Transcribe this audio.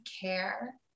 care